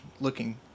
looking